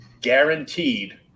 guaranteed